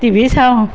TV চাওঁ